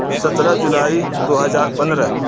سترہ جولائی دو ہزار پندرہ